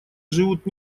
живут